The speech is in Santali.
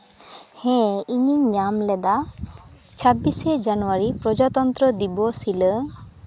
ᱦᱮᱸ ᱤᱧᱤᱧ ᱧᱟᱢ ᱞᱮᱫᱟ ᱪᱷᱟᱵᱵᱤᱥᱮ ᱡᱟᱱᱩᱣᱟᱨᱤ ᱯᱨᱚᱡᱟᱛᱚᱱᱛᱨᱚ ᱫᱤᱵᱚᱥ ᱦᱤᱞᱳᱜ